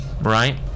right